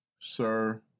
sir